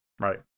Right